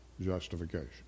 justification